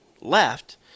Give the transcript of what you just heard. left